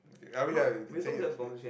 okay I mean yeah you can say it actually